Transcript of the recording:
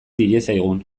diezagun